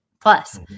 plus